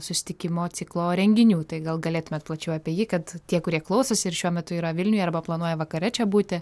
susitikimo ciklo renginių tai gal galėtumėt plačiau apie jį kad tie kurie klausosi ir šiuo metu yra vilniuje arba planuoja vakare čia būti